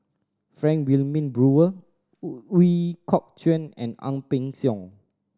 Frank Wilmin Brewer Ooi Kok Chuen and Ang Peng Siong